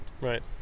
Right